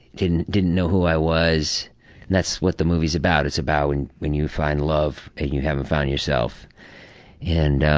didn't didn't know who i was and that's what the movie is about. it's about when when you find love and you haven't found yourself and i